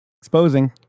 exposing